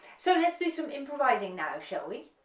so let's do some improvising now shall we,